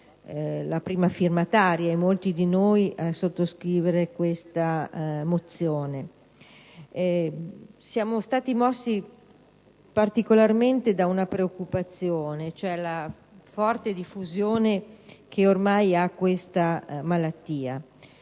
Siamo stati mossi particolarmente da una preoccupazione, cioè la forte diffusione che ormai ha questa malattia.